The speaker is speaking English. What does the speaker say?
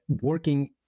working